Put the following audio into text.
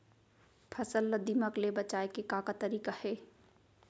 फसल ला दीमक ले बचाये के का का तरीका हे?